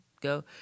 go